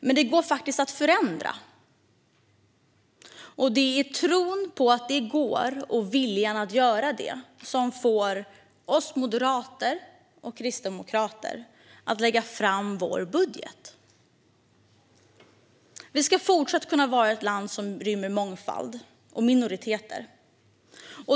Men läget går faktiskt att förändra, och det är tron på att det går och viljan att göra det som fått oss moderater och kristdemokrater att lägga fram vår budget. Vi ska kunna fortsätta vara ett land som rymmer mångfald och minoriteter.